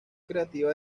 creativa